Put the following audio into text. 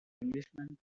englishman